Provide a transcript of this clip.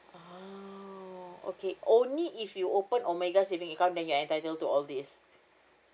oh okay only if you open omega saving account then you are entitled to all these